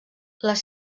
les